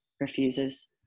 refuses